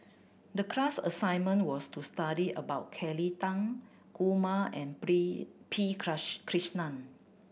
the class assignment was to study about Kelly Tang Kumar and P Krishnan